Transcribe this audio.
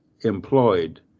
employed